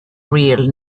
real